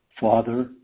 Father